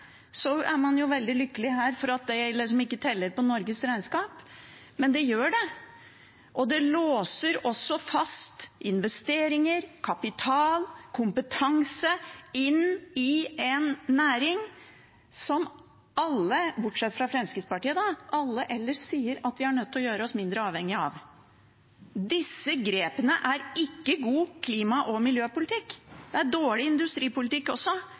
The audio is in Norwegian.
er man jo veldig lykkelig her, for at det liksom ikke teller på Norges regnskap. Men det gjør det, og det låser også fast investeringer, kapital og kompetanse inn i en næring som alle, bortsett fra Fremskrittspartiet, sier at vi er nødt til å gjøre oss mindre avhengig av. Disse grepene er ikke god klima- og miljøpolitikk. Det er dårlig industripolitikk også.